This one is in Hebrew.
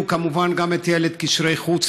הבאנו כמובן גם את אלה מקשרי חוץ,